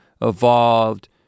evolved